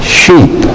sheep